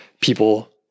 people